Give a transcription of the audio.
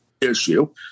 issue